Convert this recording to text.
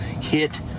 Hit